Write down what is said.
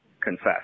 confess